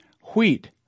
Wheat